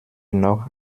noch